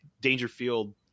Dangerfield